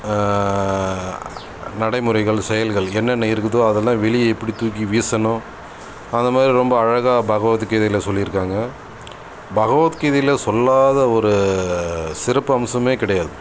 நடைமுறைகள் செயல்கள் என்னென்ன இருக்குதோ அதைல்லாம் வெளியே எப்படி தூக்கி வீசணும் அதுமாதிரி ரொம்ப அழகாக பகவத் கீதையில் சொல்லியிருகாங்க பகவத் கீதையில் சொல்லாத ஒரு சிறப்பு அம்சமே கிடையாது